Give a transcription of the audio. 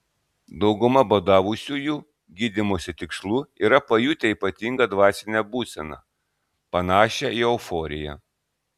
dauguma badavusiųjų gydymosi tikslu yra pajutę ypatingą dvasinę būseną panašią į euforiją